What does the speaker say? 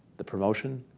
the promotion,